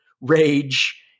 rage